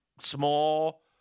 small